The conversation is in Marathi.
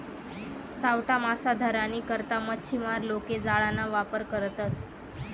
सावठा मासा धरानी करता मच्छीमार लोके जाळाना वापर करतसं